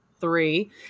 three